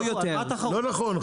לא נכון,